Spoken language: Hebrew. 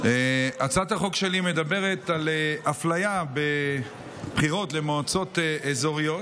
הצעת החוק שלי מדברת על אפליה בבחירות למועצות אזוריות.